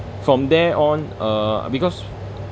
from there on uh because